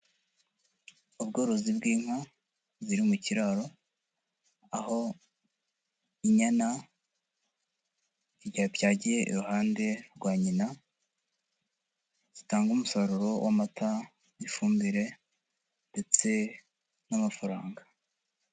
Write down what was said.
Ubworozi bw'inka ziri mu kiraro, aho inyana yabyagiye iruhande rwa nyina zitanga umusaruro w'amata n'ifumbire ndetse n'amafaranga.